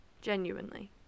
Genuinely